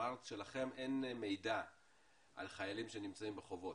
אמרת שלכם אין מידע על חיילים שנמצאים בחובות.